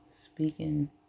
speaking